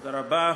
תודה רבה.